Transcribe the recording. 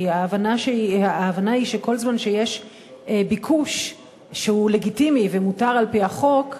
כי ההבנה היא שכל זמן שיש ביקוש שהוא לגיטימי ומותר על-פי החוק,